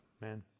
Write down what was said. man